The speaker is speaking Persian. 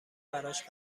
براش